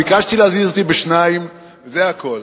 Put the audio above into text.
ביקשתי להזיז אותי בשניים, זה הכול.